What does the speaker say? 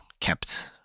Kept